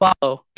follow